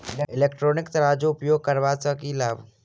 Electronic तराजू उपयोग करबा सऽ केँ लाभ?